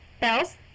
Bells